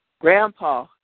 Grandpa